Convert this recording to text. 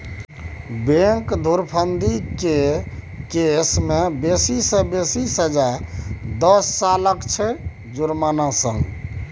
bank धुरफंदी केर case मे बेसी सँ बेसी सजा दस सालक छै जुर्माना संग